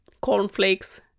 Cornflakes